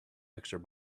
mixer